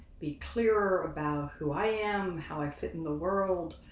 be clearer about who i am, how i fit in the world,